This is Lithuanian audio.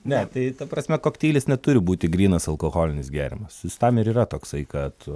ne tai ta prasme kokteilis neturi būti grynas alkoholinis gėrimas jis tam ir yra toksai kad